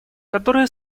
которая